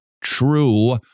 true